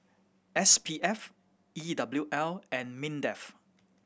S P F E W L and MINDEF